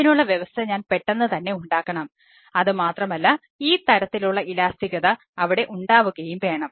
അതിനുള്ള വ്യവസ്ഥ ഞാൻ പെട്ടെന്ന് തന്നെ ഉണ്ടാക്കണം അത് മാത്രമല്ല ഈ തരത്തിലുള്ള ഇലാസ്തികത അവിടെ ഉണ്ടാവുകയും വേണം